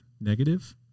negative